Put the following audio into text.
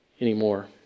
anymore